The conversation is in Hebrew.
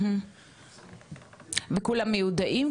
וכולם מיודעים,